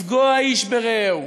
לפגוע איש ברעהו.